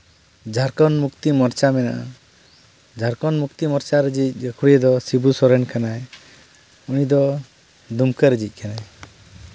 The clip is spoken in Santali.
ᱡᱷᱟᱲᱠᱷᱚᱸᱰ ᱢᱩᱠᱛᱤ ᱢᱳᱨᱪᱟ ᱢᱮᱱᱟᱜᱼᱟ ᱡᱷᱟᱲᱠᱷᱚᱸᱰ ᱢᱩᱠᱛᱤ ᱢᱳᱨᱪᱟ ᱨᱮᱱᱤᱧ ᱜᱟᱹᱠᱷᱩᱲᱤᱭᱟᱹ ᱫᱚ ᱥᱤᱵᱩ ᱥᱚᱨᱮᱱ ᱠᱟᱱᱟᱭ ᱩᱱᱤ ᱫᱚ ᱫᱩᱢᱠᱟᱹ ᱨᱮᱱᱤᱡ ᱠᱟᱱᱟᱭ